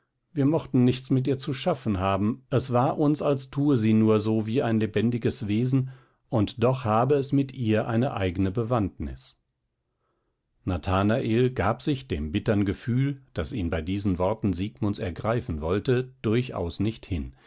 wir mochten nichts mit ihr zu schaffen haben es war uns als tue sie nur so wie ein lebendiges wesen und doch habe es mit ihr eine eigne bewandtnis nathanael gab sich dem bittern gefühl das ihn bei diesen worten siegmunds ergreifen wollte durchaus nicht hin